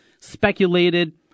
speculated